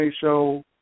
show